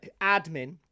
admin